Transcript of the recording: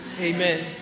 Amen